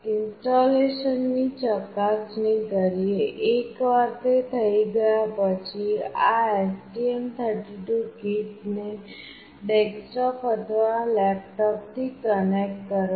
installation ની ચકાસણી કરીએ એકવાર તે થઈ ગયા પછી આ STM 32 કીટને ડેસ્કટોપ અથવા લેપટોપથી કનેક્ટ કરો